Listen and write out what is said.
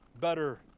better